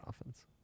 offense